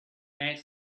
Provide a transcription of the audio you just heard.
made